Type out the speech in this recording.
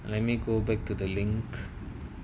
let me go back to the link